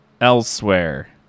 Elsewhere